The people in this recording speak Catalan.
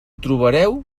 trobareu